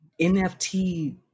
NFT